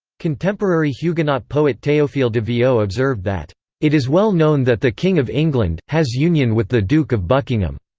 contemporary huguenot poet theophile de viau observed that it is well known that the king of england has union with the duke of buckingham.